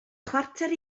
chwarter